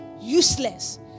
useless